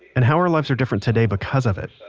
and how our lives are different today because of it